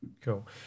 cool